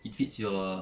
it fits your